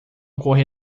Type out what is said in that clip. corre